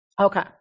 Okay